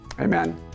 amen